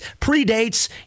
predates